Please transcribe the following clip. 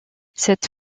cette